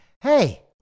hey